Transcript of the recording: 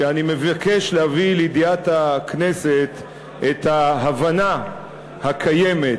שאני מבקש להביא לידיעת הכנסת את ההבנה הקיימת,